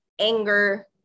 anger